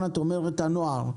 את מדברת על הנוער.